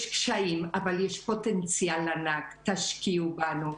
יש קשיים, אבל יש פוטנציאל ענק, תשקיעו בנו.